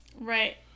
Right